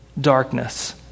darkness